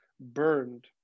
burned